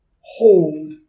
hold